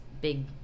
big